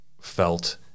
felt